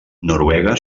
noruega